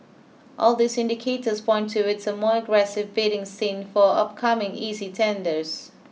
all these indicators point towards a more aggressive bidding scene for upcoming E C tenders